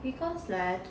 because like